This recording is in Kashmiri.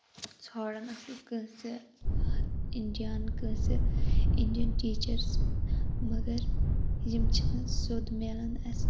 جان کٲنٛسہِ انڈِیَن ٹیچَر سٕنٛز مَگَر یم چھَنہٕ سیٚود میلَن اَسہِ